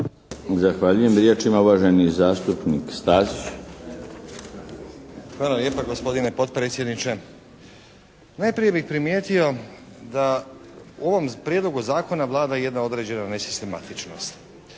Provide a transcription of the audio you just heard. Zahvaljujem. Riječ ima uvaženi zastupnik Stazić. **Stazić, Nenad (SDP)** Hvala lijepa gospodine potpredsjedniče. Najprije bih primijetio da u ovom prijedlogu zakona vlada jedna određena nesistematičnost.